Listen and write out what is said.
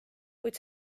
kuid